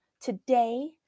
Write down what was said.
Today